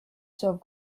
soov